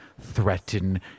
threaten